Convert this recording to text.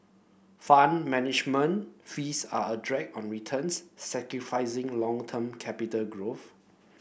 Fund Management fees are a drag on returns sacrificing long term capital growth